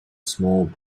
small